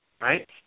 right